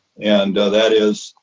and that is,